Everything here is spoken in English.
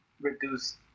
reduce